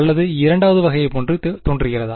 அல்லது இரண்டாம் வகையைப்போன்று தோன்றுகிறதா